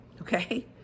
Okay